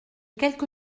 quelque